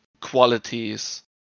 qualities